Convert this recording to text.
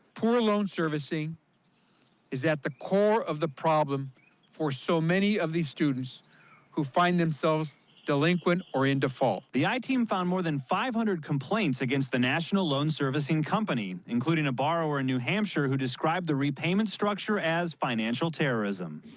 poor loan servicing is at the core of the problem for so many of these students who find themselves delinquent or in default. the i-team found more than five hundred complaints against the national loan servicing company, including a borrower in new hampshire who described the repayment structure as financial terrorism.